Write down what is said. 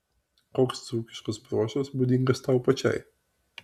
koks dzūkiškas bruožas būdingas tau pačiai